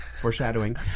foreshadowing